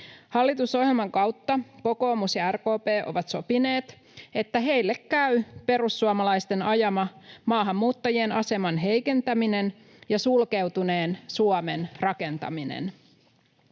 Hallitusohjelman kautta kokoomus ja RKP ovat sopineet, että heille käy perussuomalaisten ajama maahanmuuttajien aseman heikentäminen ja sulkeutuneen Suomen rakentaminen.